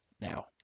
now